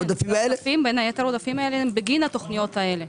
כן, בין היתר העודפים האלה הם בגין התוכניות האלה.